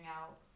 out